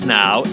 now